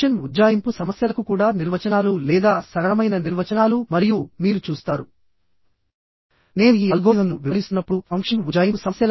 అవి circular sections మరియు rectangle లేదా స్క్వేర్ సెక్షన్స్